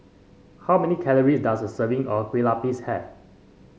how many calories does a serving of Kue Lupis have